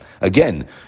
Again